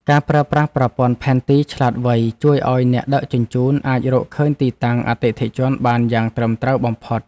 ការប្រើប្រាស់ប្រព័ន្ធផែនទីឆ្លាតវៃជួយឱ្យអ្នកដឹកជញ្ជូនអាចរកឃើញទីតាំងអតិថិជនបានយ៉ាងត្រឹមត្រូវបំផុត។